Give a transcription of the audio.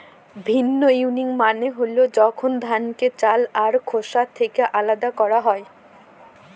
ভিন্নউইং মানে হল যখন ধানকে চাল আর খোসা থেকে আলাদা করা হয়